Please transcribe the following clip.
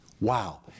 Wow